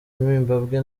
mibambwe